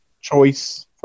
choice